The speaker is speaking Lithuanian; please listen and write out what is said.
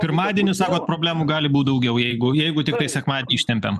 pirmadienį sakot problemų gali būt daugiau jeigu jeigu tiktai sekmadienį ištempiam